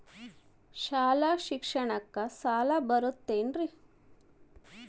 ಶಾಲಾ ಶಿಕ್ಷಣಕ್ಕ ಸಾಲ ಬರುತ್ತಾ?